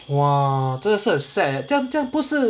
!wah! 真的是很 sad eh 这样这样不是